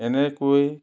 এনেকৈয়ে